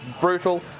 brutal